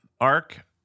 arc